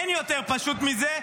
אין יותר פשוט מזה.